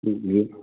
جی جی